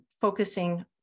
focusing